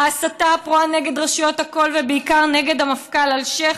וההסתה הפרועה נגד רשויות החוק ובעיקר נגד המפכ"ל אלשיך,